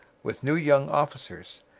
with new young officers.